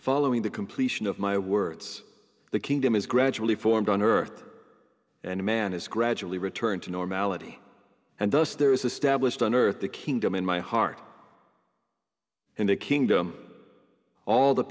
following the completion of my words the kingdom is gradually formed on earth and man is gradually return to normality and those there is a stablished on earth the kingdom in my heart in the kingdom all the